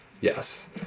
Yes